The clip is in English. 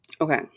Okay